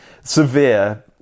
severe